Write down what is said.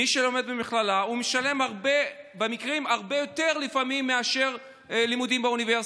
מי שלומד במכללה משלם במקרים רבים הרבה יותר מאשר ללימודים באוניברסיטה.